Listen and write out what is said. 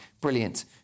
brilliant